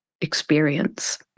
experience